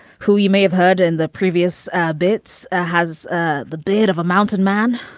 who you may have heard in the previous bits, has ah the beard of a mountain man